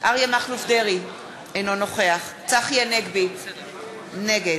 אריה מכלוף דרעי, אינו נוכח צחי הנגבי, נגד